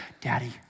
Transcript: daddy